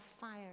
fire